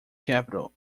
capital